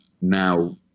now